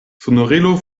sonorilo